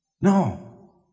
No